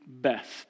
best